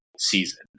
season